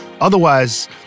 Otherwise